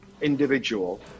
individual